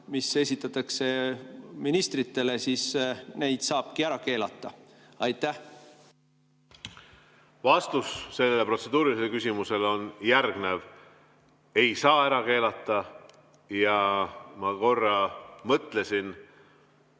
mis esitatakse ministritele, siis neid saabki ära keelata. Vastus sellele protseduurilisele küsimusele on järgnev: ei saa ära keelata. Ja ma korra mõtlesin,